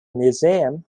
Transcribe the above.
museum